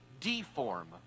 deform